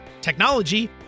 technology